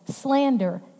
slander